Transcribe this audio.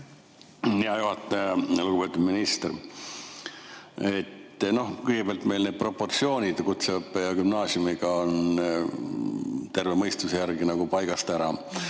Hea juhataja! Lugupeetud minister! Kõigepealt, meil need proportsioonid kutseõppe ja gümnaasiumi puhul on terve mõistuse järgi nagu paigast ära